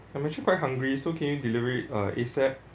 I'm actually quite hungry so can you delivery uh ASAP